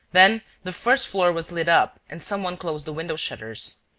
then the first floor was lit up and some one closed the window-shutters.